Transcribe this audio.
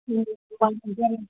అవును